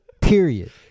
Period